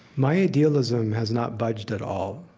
my idealism has not budged at all.